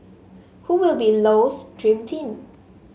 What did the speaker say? who will be Low's dream team